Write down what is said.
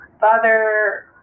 Father